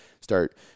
start